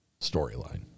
storyline